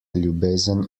ljubezen